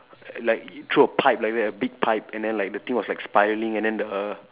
like throw a pipe like that a big pipe and then like the thing was like spiraling and then the